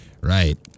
Right